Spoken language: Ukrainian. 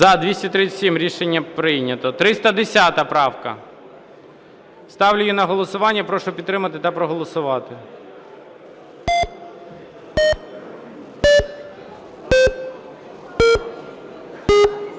За-237 Рішення прийнято. 310 правка. Ставлю її на голосування. Прошу підтримати та проголосувати.